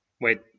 Wait